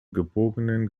gebogenen